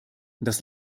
das